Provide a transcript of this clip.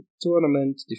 tournament